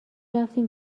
رفتیم